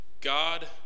god